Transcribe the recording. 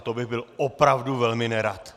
To bych byl opravdu velmi nerad!